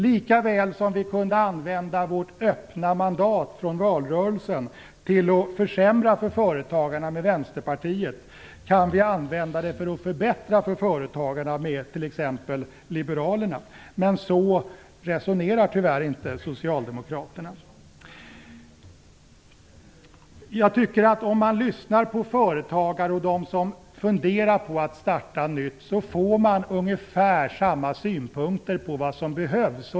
Lika väl som vi kunde använda vårt öppna mandat från valrörelsen till att med Vänsterpartiet försämra för företagarna kan vi använda det till att med t.ex. liberalerna förbättra för företagarna. Så resonerar tyvärr inte socialdemokraterna. När man lyssnar på företagare och dem som funderar på att starta nytt får man ungefär samma synpunkter på vad som behövs.